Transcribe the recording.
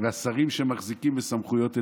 והשרים שמחזיקים בסמכויות אצלם,